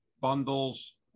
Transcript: bundles